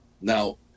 Now